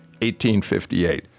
1858